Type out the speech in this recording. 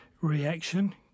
reaction